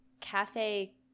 Cafe